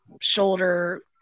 shoulder